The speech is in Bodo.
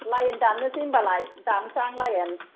लाइन दाननोसै होनबालाय दाननोसै आं लाइन